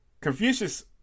Confucius